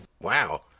Wow